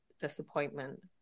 disappointment